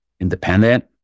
independent